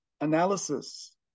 analysis